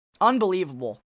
Unbelievable